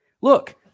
look